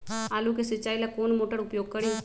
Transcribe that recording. आलू के सिंचाई ला कौन मोटर उपयोग करी?